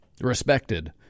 respected